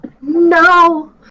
No